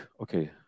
okay